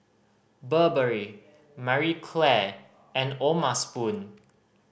Burberry Marie Claire and O'ma Spoon